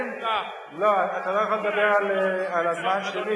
לא, אתה לא יכול לדבר על הזמן שלי.